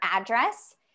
address